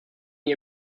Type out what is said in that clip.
the